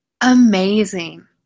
amazing